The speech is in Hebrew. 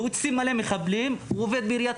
הוציא מלא מחבלים הוא מגיע לעבוד בעיריית